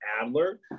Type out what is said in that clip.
Adler